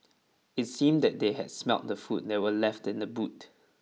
it seemed that they had smelt the food that were left in the boot